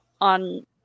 on